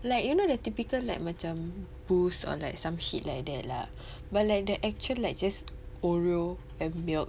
like you know the typical like macam Boost or like some shit like that lah but like the actual like just oreo and milk